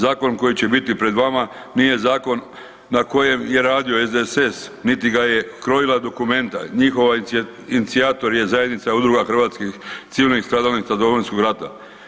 Zakon koji će biti pred vama nije zakon na kojem je radio SDSS niti ga je krojila Documenta njihov inicijator je Zajednica udruga hrvatskih civilnih stradalnika Domovinskog rata.